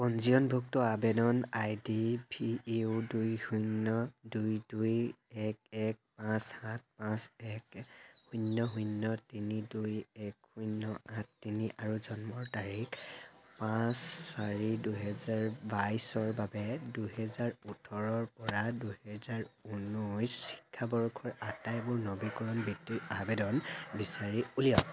পঞ্জীয়নভুক্ত আবেদন আইডিভিইউ দুই শূন্য দুই দুই এক এক পাঁচ সাত পাঁচ এক শূন্য শূন্য তিনি দুই এক শূন্য আঠ তিনি আৰু জন্মৰ তাৰিখ পাঁচ চাৰি দুহেজাৰ বাইছৰ বাবে দুহেজাৰ ওঠৰৰ পৰা দুহেজাৰ ঊনৈছ শিক্ষাবৰ্ষৰ আটাইবোৰ নৱীকৰণ বৃত্তিৰ আবেদন বিচাৰি উলিয়াওক